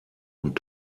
und